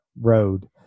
road